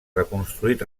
reconstruït